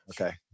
Okay